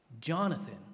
Jonathan